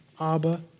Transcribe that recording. Abba